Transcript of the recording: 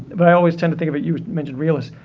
but i always tend to think of it-you mentioned realists,